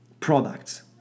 products